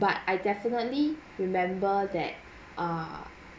but I definitely remember that ah